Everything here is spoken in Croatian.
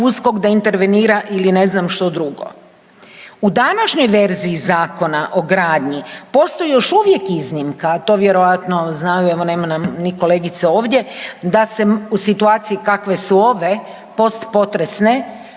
U današnjoj verziji Zakona o gradnji, postoji još uvijek iznimka, to vjerojatno znaju, evo nema nam ni kolegice ovdje, da se u situaciji kakve su ove, postpotresne